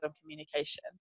communication